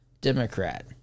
Democrat